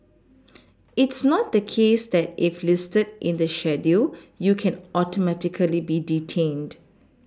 it's not the case that if listed in the schedule you can Automatically be detained